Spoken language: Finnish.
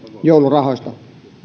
joulurahoista